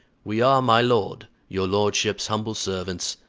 we are, my lord, your lordship's humble servants,